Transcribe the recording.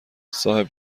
صاحب